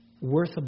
worth